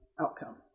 outcome